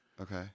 Okay